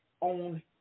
on